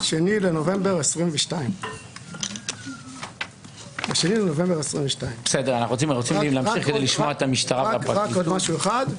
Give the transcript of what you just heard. ב-2 בנובמבר 2022. רק עוד משהו אחד.